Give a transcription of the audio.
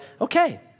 okay